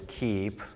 keep